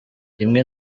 rimwe